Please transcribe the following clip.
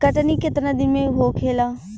कटनी केतना दिन में होखेला?